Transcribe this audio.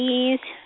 please